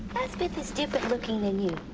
azabeth is different looking than you.